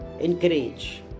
encourage